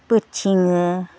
बोथिङो